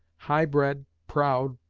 highbred, proud,